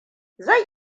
zai